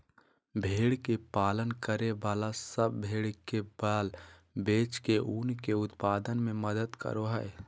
भेड़ के पालन करे वाला सब भेड़ के बाल बेच के ऊन के उत्पादन में मदद करो हई